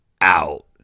out